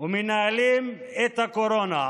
ומנהלים את הקורונה,